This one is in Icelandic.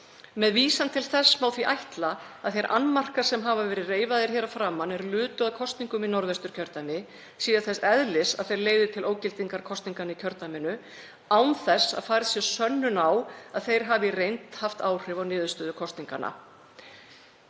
Með vísan til þess má því ætla að þeir annmarkar sem hafa verið reifaðir hér að framan er lutu að kosningum í Norðvesturkjördæmi séu þess eðlis að þeir leiði til ógildingar kosninganna í kjördæminu án þess að færð sé sönnun á að þeir hafi í reynd haft áhrif á niðurstöðu kosninganna.